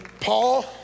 Paul